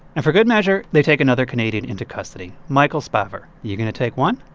and for good measure, they take another canadian into custody michael spavor. you're going to take one.